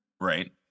Right